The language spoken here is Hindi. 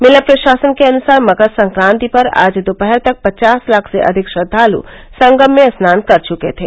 मेला प्रशासन के अनुसार मकर संक्रांति पर आज दोपहर तक पचास लाख से अधिक श्रद्धाल संगम में स्नान कर चुके थे